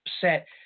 set